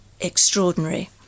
extraordinary